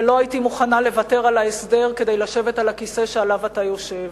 ולא הייתי מוכנה לוותר על ההסדר כדי לשבת על הכיסא שעליו אתה יושב.